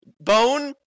bone